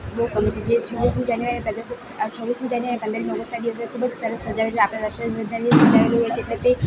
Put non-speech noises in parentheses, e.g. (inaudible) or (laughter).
બહુ ગમે છે જે છવ્વીસમી જાન્યુઆરી પ્રજાસ આ છવ્વીસમી જાન્યુઆરી પંદરમી ઓગસ્ટના દિવસે ખૂબ જ સરસ મજા આવી એટલે (unintelligible) એટલે તે